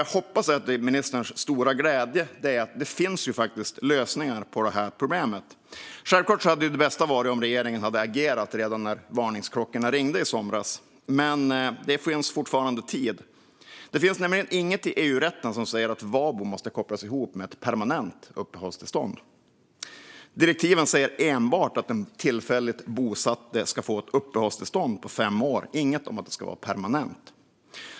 Jag hoppas, till ministerns stora glädje, att det finns lösningar på problemet. Självklart hade det varit bäst om regeringen hade agerat redan när varningsklockorna ringde i somras, men det finns fortfarande tid. Det finns nämligen inget i EU-rätten som säger att VABO måste kopplas ihop med ett permanent uppehållstillstånd. Direktiven säger enbart att den tillfälligt bosatte ska få ett uppehållstillstånd på fem år, inget om att det ska vara permanent.